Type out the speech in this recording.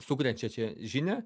sukrečiačią žinią